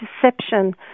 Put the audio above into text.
deception